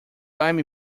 time